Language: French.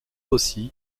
aussi